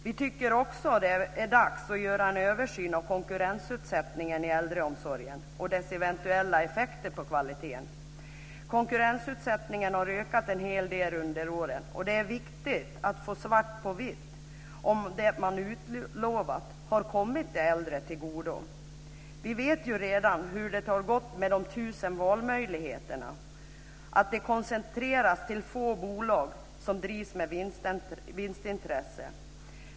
Vi tycker också att det är dags att göra en översyn av konkurrensutsättningen i äldreomsorgen och dess eventuella effekter på kvaliteten. Konkurrensutsättningen har ökat en hel del under åren, och det är viktigt att få svart på vitt på huruvida det man utlovat har kommit de äldre till godo. Vi vet redan hur det har gått med de tusen valmöjligheterna: att de koncentrerats till få bolag som drivs med vinstintresse.